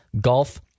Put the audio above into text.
golf